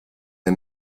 der